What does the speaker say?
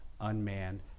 unmanned